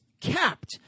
capped